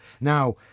Now